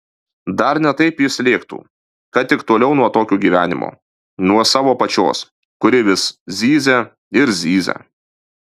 dar ne taip jis lėktų kad tik toliau nuo tokio gyvenimo nuo savo pačios kuri vis zyzia ir zyzia